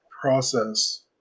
process